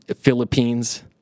Philippines